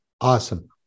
Awesome